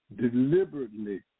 deliberately